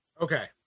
Okay